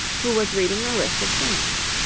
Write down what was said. who was reading the list of singers.